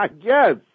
Yes